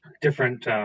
different